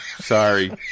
Sorry